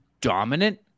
dominant